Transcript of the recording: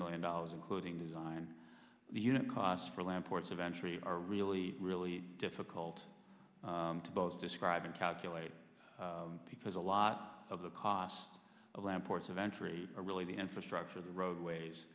million dollars including design the unit costs for land ports of entry are really really difficult to both describe and calculate because a lot of the costs of land ports of entry are really the infrastructure the roadways